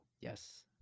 yes